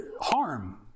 harm